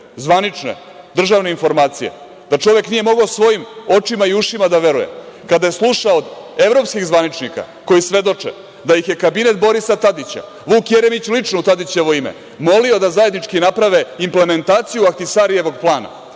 zvanične državne informacije, da čovek nije mogao svojim očima i ušima da veruje kada je slušao od evropskih zvaničnika koji svedoče da ih je kabinet Borisa Tadića, Vuk Jeremić lično u Tadićevo ime molio da zajednički naprave implementaciju Ahtisarijevog plana.